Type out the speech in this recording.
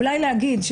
אולי להגיד,